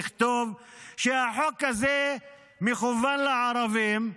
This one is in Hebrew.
לכתוב שהחוק הזה מכוון לערבים,